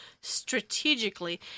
strategically